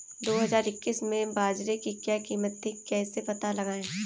दो हज़ार इक्कीस में बाजरे की क्या कीमत थी कैसे पता लगाएँ?